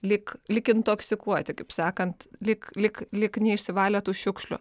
lyg intoksikuoti kaip sakant lyg lyg lyg neišsivalę tų šiukšlių